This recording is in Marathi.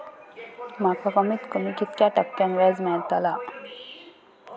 माका कमीत कमी कितक्या टक्क्यान व्याज मेलतला?